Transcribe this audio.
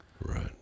Right